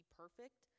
perfect